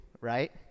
right